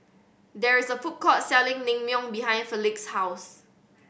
there is a food court selling Naengmyeon behind Felix's house